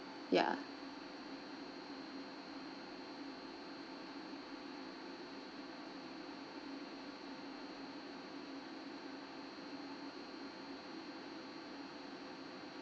ya